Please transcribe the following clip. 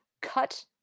cut